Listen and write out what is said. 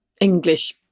english